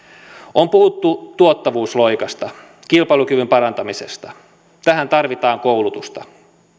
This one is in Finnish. on puhuttu tuottavuusloikasta kilpailukyvyn parantamisesta tähän tarvitaan koulutusta